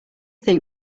think